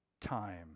time